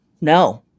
no